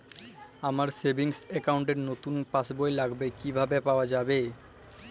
আমার savings account র নতুন পাসবই লাগবে, কিভাবে পাওয়া যাবে?